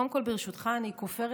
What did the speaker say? ברשותך, אני כופרת